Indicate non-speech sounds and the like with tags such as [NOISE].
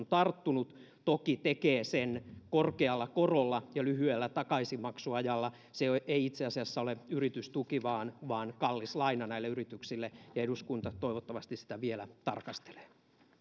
[UNINTELLIGIBLE] tarttunut toki se tekee sen korkealla korolla ja lyhyellä takaisinmaksuajalla se ei itse asiassa ole yritystuki vaan vaan kallis laina näille yrityksille ja eduskunta toivottavasti sitä vielä tarkastelee